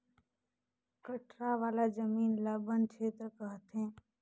कठरा वाला जमीन ल बन छेत्र कहथें